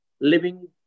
living